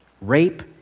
rape